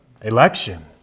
election